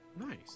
Nice